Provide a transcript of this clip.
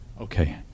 Okay